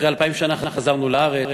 אחרי אלפיים שנה חזרנו לארץ,